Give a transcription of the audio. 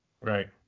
right